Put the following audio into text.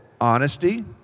Honesty